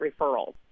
referrals